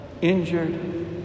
injured